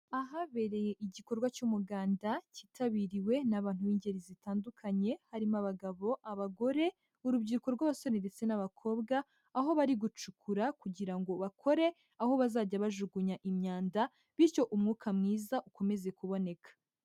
Ahabereye igikorwa cy'umuganda cyitabiriwe n'abantu b'ingeri zitandukanye harimo abagabo, abagore, urubyiruko rw'abasore ndetse n'abakobwa, aho bari gucukura kugira ngo bakore aho bazajya bajugunya imyanda, bityo umwuka mwiza ukomeze kuboneka.